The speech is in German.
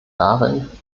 darin